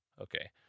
Okay